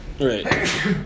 Right